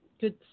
good